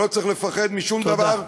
לא צריך לפחד משום דבר,